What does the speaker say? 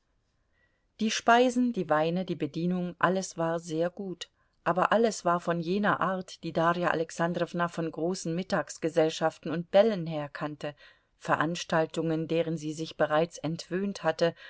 die speisen die weine die bedienung alles war sehr gut aber alles war von jener art die darja alexandrowna von großen mittagsgesellschaften und bällen her kannte veranstaltungen deren sie sich bereits entwöhnt hatte